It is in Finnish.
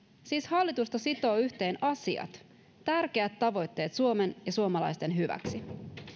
siis hallitusta sitovat yhteen asiat tärkeät tavoitteet suomen ja suomalaisten hyväksi